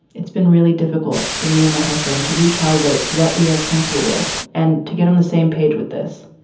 it's been really difficult for me and my husband to recalibrate what we are comfortable with and to get on the same page with this.